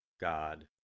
God